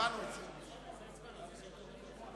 הצבעה שמית.